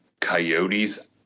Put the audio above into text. coyotes